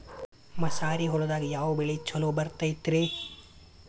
ಮಸಾರಿ ಹೊಲದಾಗ ಯಾವ ಬೆಳಿ ಛಲೋ ಬರತೈತ್ರೇ?